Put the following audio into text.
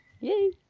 Yay